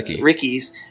Ricky's